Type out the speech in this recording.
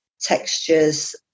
textures